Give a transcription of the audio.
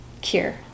cure